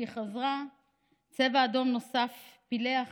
וכשחזרה צבע אדום נוסף פילח